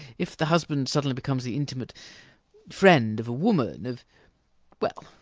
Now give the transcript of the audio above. if the husband suddenly becomes the intimate friend of a woman of well,